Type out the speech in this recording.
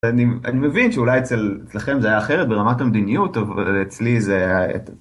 אני מבין שאולי אצלכם זה היה אחרת ברמת המדיניות, אבל אצלי זה היה...